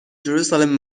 jerusalem